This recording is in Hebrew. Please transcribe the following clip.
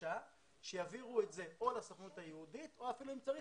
בבקשה שיעבירו את זה או לסוכנות היהודית או אפילו אם צריך,